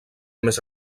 més